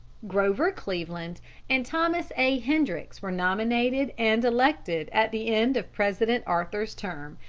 grover cleveland and thomas a. hendricks were nominated and elected at the end of president arthur's term,